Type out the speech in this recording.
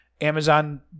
Amazon